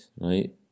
right